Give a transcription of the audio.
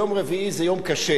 יום רביעי זה יום קשה.